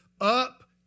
Up